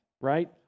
right